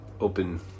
open